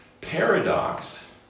paradox